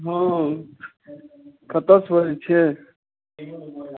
हँ कतऽसँ बजय छियै